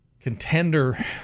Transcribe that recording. Contender